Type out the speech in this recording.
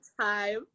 time